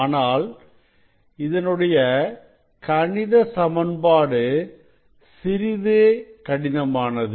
ஆனால் இதனுடைய கணித சமன்பாடு சிறிது கடினமானது